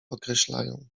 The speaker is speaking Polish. określają